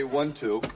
one-two